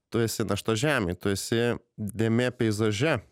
tu esi našta žemei tu esi dėmė peizaže